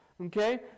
Okay